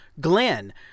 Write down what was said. Glenn